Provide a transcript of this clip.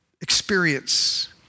experience